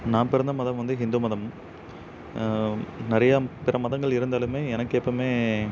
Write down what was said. நான் பிறந்த மதம் வந்து ஹிந்து மதம் நிறையா பிற மதங்கள் இருந்தாலும் எனக்கு எப்போமே